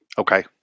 Okay